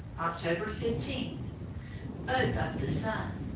october fifteen both of the sun,